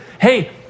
hey